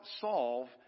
solve